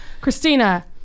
christina